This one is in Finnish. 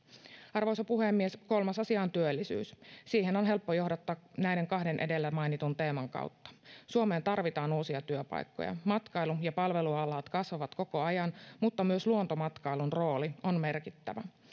arvoisa puhemies kolmas asia on työllisyys siihen on helppo johdattaa näiden kahden edellä mainitun teeman kautta suomeen tarvitaan uusia työpaikkoja matkailu ja palvelualat kasvavat koko ajan mutta myös luontomatkailun rooli on merkittävä